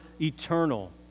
eternal